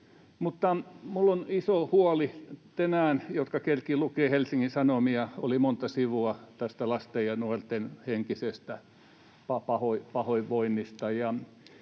Mutta minulla on iso huoli. Tänään — ne, jotka kerkesivät lukea Helsingin Sanomia — oli monta sivua lasten ja nuorten henkisestä pahoinvoinnista.